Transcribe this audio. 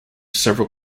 several